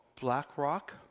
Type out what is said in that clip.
BlackRock